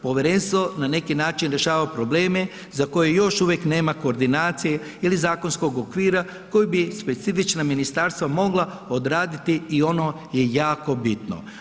Povjerenstvo na neki način rješava probleme za koje još uvijek nema koordinacije ili zakonskog okvira koji bi specifična ministarstva mogla odraditi i ono je jako bitno.